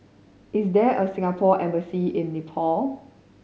is there a Singapore Embassy in Nepal